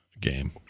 Game